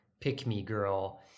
pick-me-girl